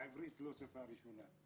העברית היא לא השפה הראשונה.